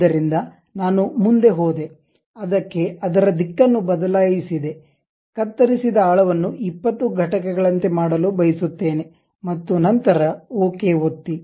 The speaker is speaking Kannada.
ಆದ್ದರಿಂದ ನಾನು ಮುಂದೆ ಹೋದೆ ಅದಕ್ಕೆ ಅದರ ದಿಕ್ಕನ್ನು ಬದಲಾಯಿಸಿದೆ ಕತ್ತರಿಸಿದ ಆಳವನ್ನು 20 ಘಟಕಗಳಂತೆ ಮಾಡಲು ಬಯಸುತ್ತೇನೆ ಮತ್ತು ನಂತರ ಓಕೆ ಒತ್ತಿ